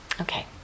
Okay